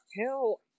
hell